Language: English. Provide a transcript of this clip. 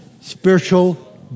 spiritual